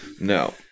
No